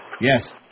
Yes